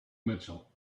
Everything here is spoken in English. mitchell